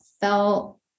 felt